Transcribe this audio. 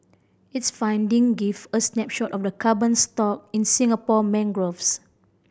its finding give a snapshot of the carbon stock in Singapore mangroves